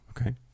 okay